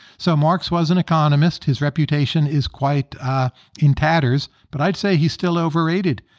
so marx was an economist. his reputation is quite in tatters, but i'd say he's still overrated,